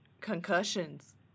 concussions